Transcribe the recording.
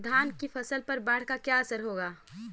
धान की फसल पर बाढ़ का क्या असर होगा?